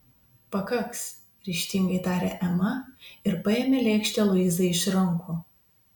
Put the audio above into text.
pakaks ryžtingai tarė ema ir paėmė lėkštę luizai iš rankų